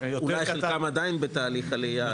אולי חלקם עדיין בתהליך עלייה.